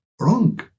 wrong